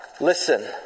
Listen